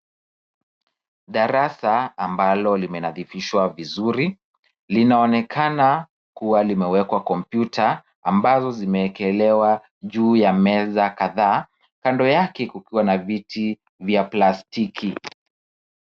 Darasa ambalo limenadhifishwa vizuri, linaonekana kuwa limewekwa kompyuta ambazo zimewekelewa juu ya meza kadhaa, kando yake kukiwa na viti vya plastiki.